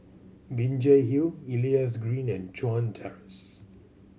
Binjai Hill Elias Green and Chuan Terrace